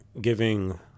giving